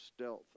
stealth